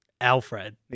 Alfred